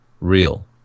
real